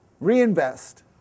reinvest